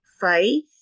faith